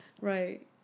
Right